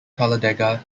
talladega